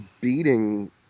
beating